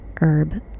herb